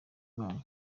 banyu